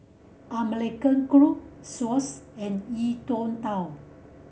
American Crew Swatch and E Twow